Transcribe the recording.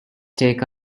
take